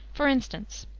for instance,